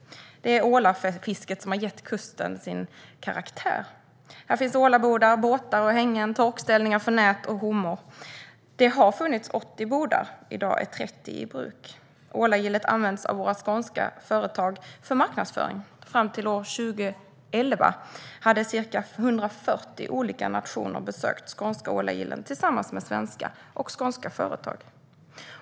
Det är ålafisket som har gett kusten dess karaktär. Här finns ålabodar, båtar och hängen, torkställningar för nät och hommor. Det har funnits 80 bodar. I dag är 30 i bruk. Ålagillet används av våra skånska företag för marknadsföring; fram till år 2011 hade ca 140 olika nationer besökt skånska ålagillen, tillsammans med svenska och skånska företag.